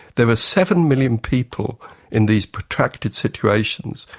there are seven million people in these protracted situations,